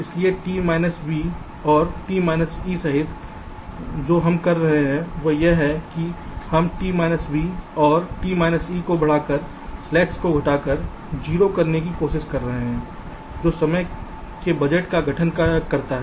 इसलिए t v और t e सहित जो हम कर रहे हैं वह यह है कि हम t v और t e को बढ़ाकर स्लैक्स को घटाकर 0 करने की कोशिश कर रहे हैं जो समय के बजट का गठन करता है